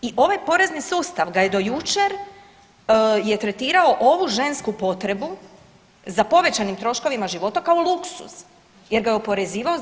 I ovaj porezni sustav ga je do jučer je tretirao ovu žensku potrebu za povećanim troškovima života kao luksuz jer ga je oporezivao s 25%